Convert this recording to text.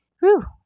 Whew